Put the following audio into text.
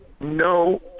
No